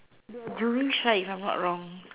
Jewish right if I'm not wrong